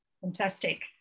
Fantastic